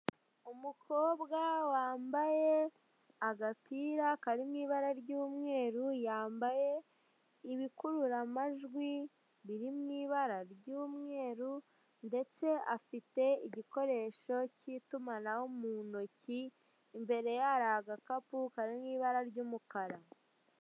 Umukobwa wambaye agapira karimo ibara ry'umweru yambaye ibikurura amajwi biri mu ibara ry'umweru ndetse afite igikoresho k'itumanaho mu ntoki imbere ye hari agakapu kari mu ibara ry'umukara.